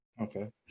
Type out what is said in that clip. Okay